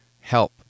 help